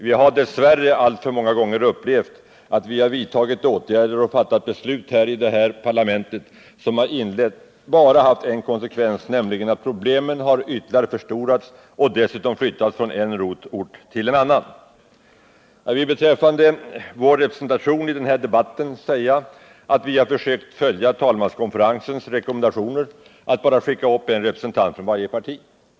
Vi har dess värre alltför många gånger upplevt att vi har vidtagit åtgärder och fattat beslut i detta parlament, som bara haft den konsekvensen att problemen ytterligare har förstorats och dessutom flyttats från en ort till en annan. Jag vill beträffande vår representation i den här debatten säga, att vi har försökt följa talmanskonferensens rekommendation att bara skicka upp en representant för varje parti.